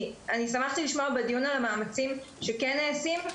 שמחתי לשמוע בדיון על המאמצים שכן נעשים,